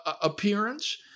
appearance